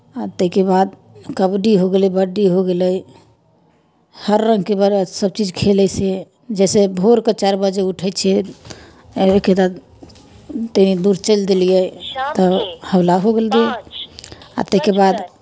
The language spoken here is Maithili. आ ताहिके बाद कबड्डी हो गेलै बड्डी हो गेलै हर रङ्गके बर सभचीज खेलयसँ जइसे भोरके चारि बजे उठै छियै एहिके बाद तनि दूर चलि देलियै तऽ हौला हो गेल देह आ ताहिके बाद